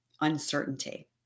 uncertainty